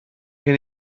gen